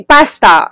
Pasta